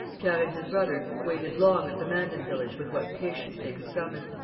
pierre and his brother waited long at the mandan village with what patience they could summon.